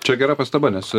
čia gera pastaba nes